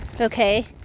okay